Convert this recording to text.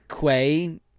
Quay